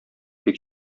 бик